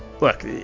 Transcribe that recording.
look